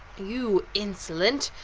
you insolent!